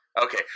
Okay